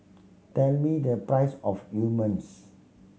tell me the price of you